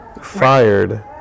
fired